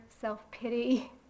self-pity